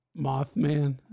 mothman